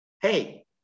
Hey